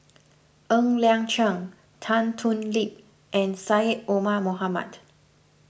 Ng Liang Chiang Tan Thoon Lip and Syed Omar Mohamed